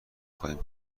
خواهیم